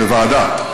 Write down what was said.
בוועדה.